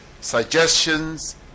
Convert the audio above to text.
suggestions